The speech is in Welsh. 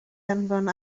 anfon